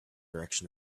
direction